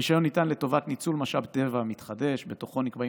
הרישיון ניתן לטובת ניצול משאב טבע מתחדש שבתוכו נקבעים